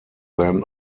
then